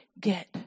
get